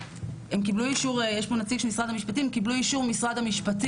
יש פה נציג של משרד המשפטים,